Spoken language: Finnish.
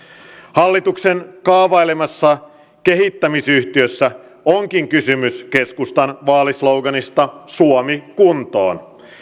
hallituksen kaavailemassa kehittämisyhtiössä onkin kysymys keskustan vaalisloganista suomi kuntoon